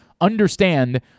understand